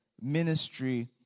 ministry